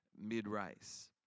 mid-race